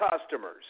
customers